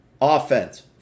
offense